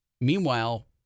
Meanwhile